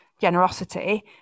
generosity